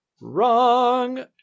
Wrong